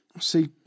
See